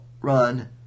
run